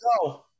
go